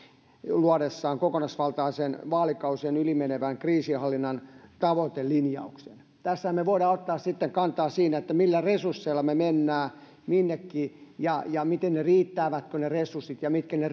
luodessaan kokonaisvaltaisen vaalikausien yli menevän kriisinhallinnan tavoitelinjauksen tässähän me voimme ottaa sitten kantaa siihen millä resursseilla me menemme minnekin riittävätkö ne resurssit ja mitkä ne